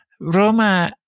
Roma